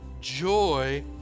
joy